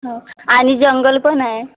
हो आणि जंगल पण आहे